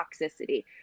toxicity